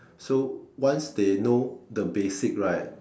so once they know the basic right